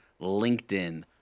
LinkedIn